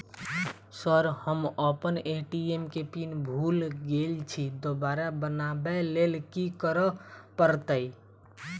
Sir हम अप्पन ATM केँ पिन भूल गेल छी दोबारा बनाबै लेल की करऽ परतै?